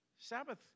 Sabbath